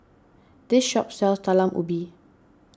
this shop sells Talam Ubi